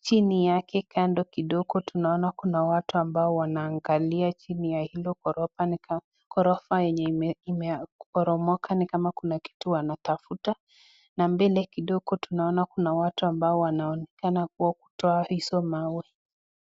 chini yake kando kidogo tunaona kuna watu ambao wanaangalia chini ya hiyo ghorofa ghrofa yenye imeporomoka nikama kuna kitu wanatafta na mbele kidogo tunaona kuna watu ambao wanaonekana kutoa hizo mawe.